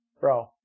bro